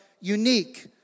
unique